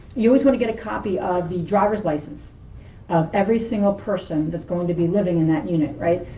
you always want to get a copy of the driver's license of every single person that's going to be living in that unit, right?